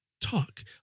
talk